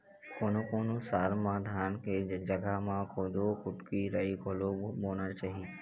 कोनों कोनों साल म धान के जघा म कोदो, कुटकी, राई घलोक बोना चाही